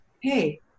hey